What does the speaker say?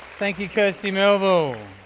thank you kersey melville,